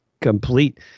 complete